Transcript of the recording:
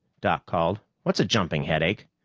doc called, what's jumping headache?